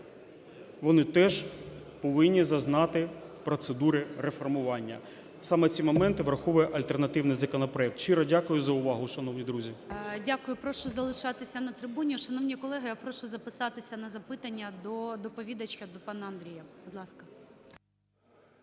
вони теж повинні зазнати процедури реформування. Саме ці моменти враховую альтернативний законопроект. Щиро дякую за увагу, шановні друзі. ГОЛОВУЮЧИЙ. Дякую. Прошу залишатися на трибуні. Шановні колеги, я прошу записатися на запитання до доповідача, до пана Андрія. Будь ласка.